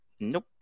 Nope